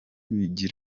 bifasha